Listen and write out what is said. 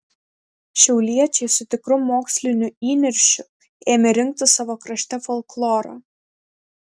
šiauliečiai su tikru moksliniu įniršiu ėmė rinkti savo krašte folklorą